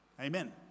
Amen